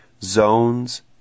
zones